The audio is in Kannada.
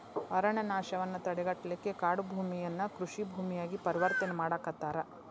ಅರಣ್ಯನಾಶವನ್ನ ತಡೆಗಟ್ಟಲಿಕ್ಕೆ ಕಾಡುಭೂಮಿಯನ್ನ ಕೃಷಿ ಭೂಮಿಯಾಗಿ ಪರಿವರ್ತನೆ ಮಾಡಾಕತ್ತಾರ